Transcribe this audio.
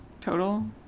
total